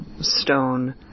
stone